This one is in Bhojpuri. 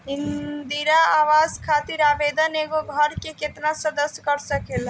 इंदिरा आवास खातिर आवेदन एगो घर के केतना सदस्य कर सकेला?